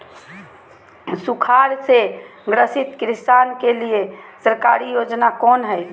सुखाड़ से ग्रसित किसान के लिए सरकारी योजना कौन हय?